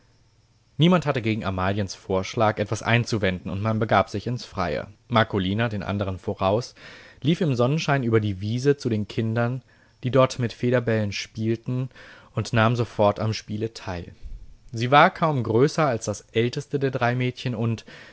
niemand hatte gegen amaliens vorschlag etwas einzuwenden und man begab sich ins freie marcolina den andern voraus lief im sonnenschein über die wiese zu den kindern die dort mit federbällen spielten und nahm sofort am spiele teil sie war kaum größer als das älteste der drei mädchen und